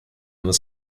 this